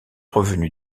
revenus